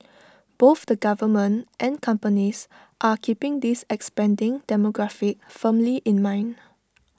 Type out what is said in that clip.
both the government and companies are keeping this expanding demographic firmly in mind